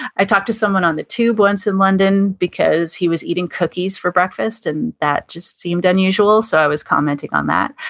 i talked to someone on the tube once in london because he was eating cookies for breakfast and that just seemed unusual, so i was commenting on that.